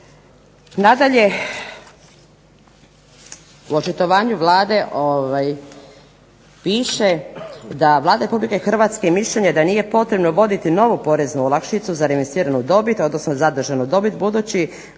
Nadalje, u očitovanju Vlade piše da Vlada Republike Hrvatske i mišljenje da nije potrebno voditi novu poreznu olakšicu za reinvestiranu dobit, odnosno zadržanu dobit, budući